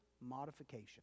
modification